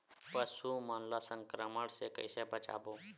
पशु मन ला संक्रमण से कइसे बचाबो?